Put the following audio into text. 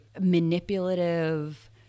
manipulative